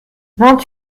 vingt